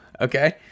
Okay